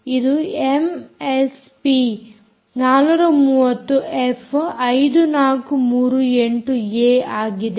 ಇದು MSP 430 F 5438ಏ ಆಗಿದೆ